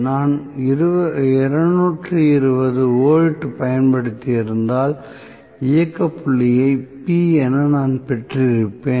நான் 220 வோல்ட் பயன்படுத்தியிருந்தால் இயக்க புள்ளியை P என நான் பெற்றிருப்பேன்